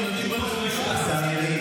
תודה רבה.